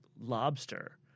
lobster